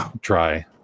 try